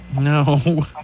No